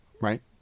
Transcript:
right